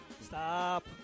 Stop